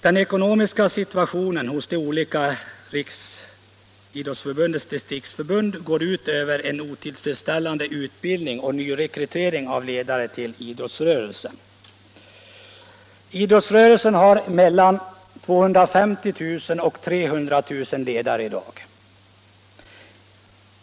De ekonomiska svårigheterna hos de olika distriktsförbunden går ut över utbildningen och leder till en otillfredsställande nyrekrytering av ledare till idrottsrörelsen. Idrottsrörelsen har mellan 250 000 och 300 000 ledare i dag.